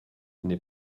n’est